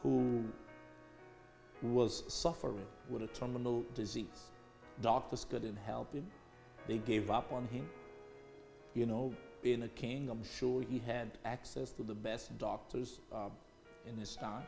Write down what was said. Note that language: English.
who was suffering with a terminal disease doctors couldn't help him they gave up on him you know being a king i'm sure he had access to the best doctors um in his t